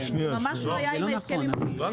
ממש לא היה הסכם עם החקלאים.